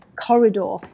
corridor